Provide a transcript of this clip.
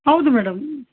ಹೌದು ಮೇಡಮ್